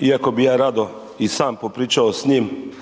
iako bi ja rado i sam popričao s njim,